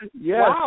Yes